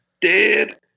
dead